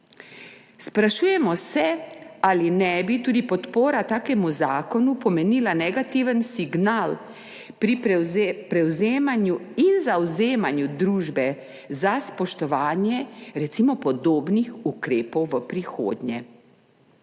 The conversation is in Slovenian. Sprašujemo se, ali ne bi tudi podpora takemu zakonu pomenila negativnega signala pri prevzemanju in zavzemanju družbe za spoštovanje recimo podobnih ukrepov v prihodnje.